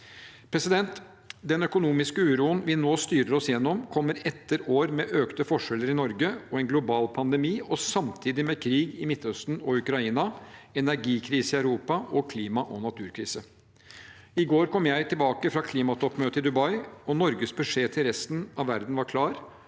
arbeidslinjen. Den økonomiske uroen vi nå styrer oss gjennom, kommer etter år med økte forskjeller i Norge og en global pandemi, og samtidig med krig i Midtøsten og Ukraina, energikrise i Europa og klima- og naturkrise. I går kom jeg tilbake fra klimatoppmøtet i Dubai, og Norges beskjed til resten av verden var klar: